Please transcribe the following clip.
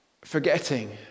Forgetting